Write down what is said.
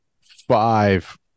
five